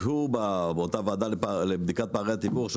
שבדקו באותה ועדה לבדיקת פערי התמחור של